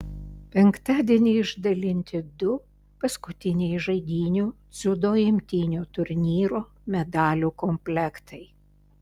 penktadienį išdalinti du paskutiniai žaidynių dziudo imtynių turnyro medalių komplektai